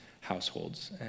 households